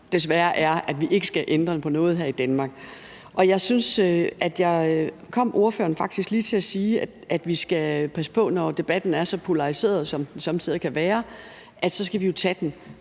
desværre er, at vi ikke skal ændre på noget her i Danmark. Jeg synes, jeg hørte, at ordføreren faktisk lige kom til at sige, at vi skal passe på, når debatten er så polariseret, som den somme tider kan være, så at tage den